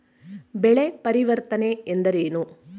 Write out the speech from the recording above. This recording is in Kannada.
ಬೆಳೆ ಪರಿವರ್ತನೆ ಎಂದರೇನು?